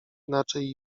inaczej